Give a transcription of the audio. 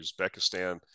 Uzbekistan